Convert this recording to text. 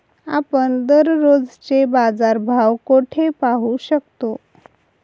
आपण दररोजचे बाजारभाव कोठे पाहू शकतो?